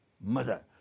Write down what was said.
Mother